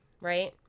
right